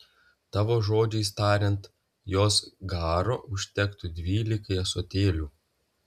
tavo žodžiais tariant jos garo užtektų dvylikai ąsotėlių